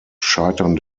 scheitern